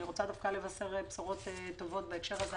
אני רוצה לבשר בשורות טובות בהקשר הזה,